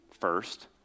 first